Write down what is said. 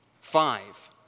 Five